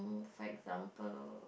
for example